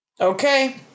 Okay